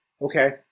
okay